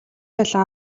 цалин